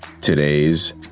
today's